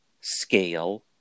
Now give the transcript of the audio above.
scale